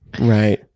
Right